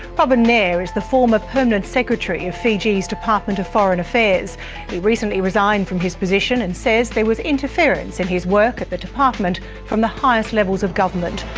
robin nair is the former permanent secretary of fiji's department of foreign affairs. he recently resigned from his position and says there was interference in and his work at the department from the highest levels of government.